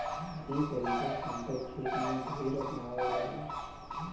ई तरीका समतल खेत में ढेर अपनावल जाला